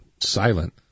silent